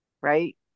right